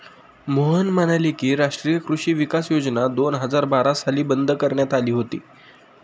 मोहन म्हणाले की, राष्ट्रीय कृषी विकास योजना दोन हजार बारा साली बंद करण्यात आली होती